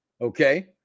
Okay